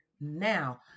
now